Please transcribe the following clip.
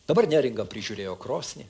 dabar neringa prižiūrėjo krosnį